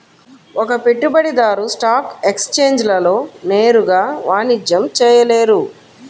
ఒక పెట్టుబడిదారు స్టాక్ ఎక్స్ఛేంజ్లలో నేరుగా వాణిజ్యం చేయలేరు